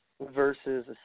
versus